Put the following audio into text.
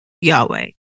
Yahweh